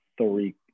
three